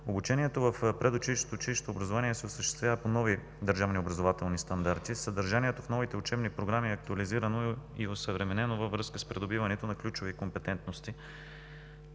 Обучението в предучилищното и училищното образование се осъществява по нови държавни образователни стандарти. Съдържанието в новите учебни програми е актуализирано и осъвременено във връзка с придобиване на ключови компетентности,